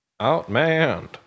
Outmanned